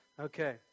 Okay